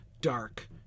dark